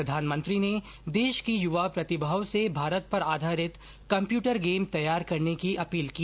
प्रधानमंत्री ने देश की युवा प्रतिभाओं से भारत पर आधारित कम्प्यूटर गेम तैयार करने की अपील की